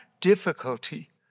difficulty